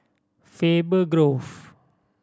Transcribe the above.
Faber Grove